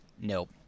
Nope